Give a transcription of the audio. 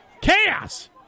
Chaos